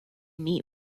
meet